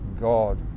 god